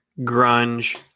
grunge